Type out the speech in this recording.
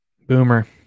Boomer